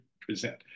present